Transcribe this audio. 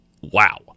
wow